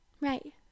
Right